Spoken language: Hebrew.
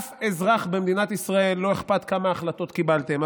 לאף אזרח במדינת ישראל לא אכפת כמה החלטות קיבלתם.